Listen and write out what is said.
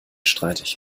streitig